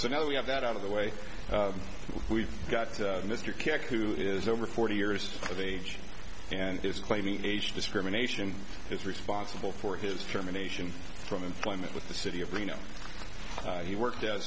so now we have that out of the way we've got mr kerik who is over forty years of age and is claiming age discrimination is responsible for his terminations from employment with the city of reno he worked a